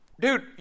Dude